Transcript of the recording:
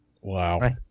Wow